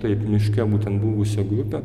taip miške būtent buvusią grupę